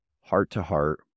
heart-to-heart